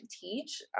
teach